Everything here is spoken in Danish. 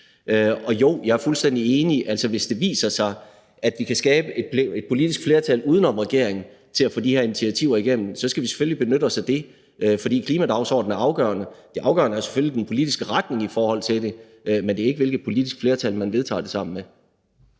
Jo, jeg er fuldstændig enig i, at hvis det viser sig, at vi kan skabe et politisk flertal uden om regeringen til at få de her initiativer igennem, så skal vi selvfølgelig benytte os af det, for klimadagsordenen er afgørende ligesom den politiske retning i forhold til det. Men det er ikke afgørende, hvilket politisk flertal man vedtager det sammen med.